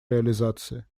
реализации